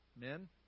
Men